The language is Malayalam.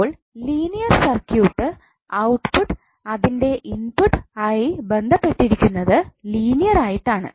അപ്പോൾ ലീനിയർ സർക്യൂട്ട് ഔട്ട്പുട്ട് അതിന്റെ ഇൻപുട്ട് ആയി ബന്ധപ്പെട്ടിരിക്കുന്നത് ലീനിയർ ആയിട്ടാണ്